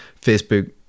Facebook